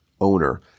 owner